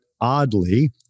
oddly